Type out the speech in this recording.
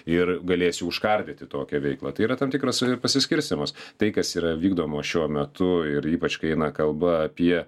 ir galėsi užkardyti tokią veiklą tai yra tam tikras pasiskirstymas tai kas yra vykdoma šiuo metu ir ypač kai eina kalba apie